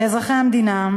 כאזרחי המדינה,